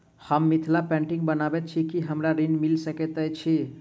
हम मिथिला पेंटिग बनाबैत छी की हमरा ऋण मिल सकैत अई?